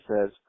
says